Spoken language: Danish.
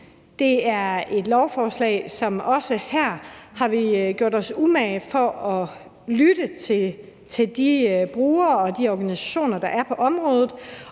Det er et lovforslag, hvor vi – også her – har gjort os umage for at lytte til de brugere og de organisationer, der er på området,